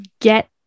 get